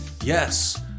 Yes